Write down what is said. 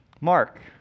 Mark